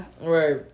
Right